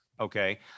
okay